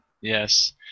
Yes